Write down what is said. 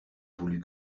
voulu